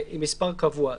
זה מספר קבוע.